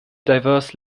diverse